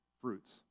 fruits